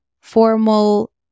formal